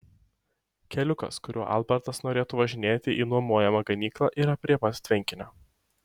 keliukas kuriuo albertas norėtų važinėti į nuomojamą ganyklą yra prie pat tvenkinio